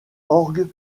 orgue